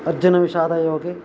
अर्जुनविषादयोगे